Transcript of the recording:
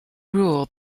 rule